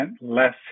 less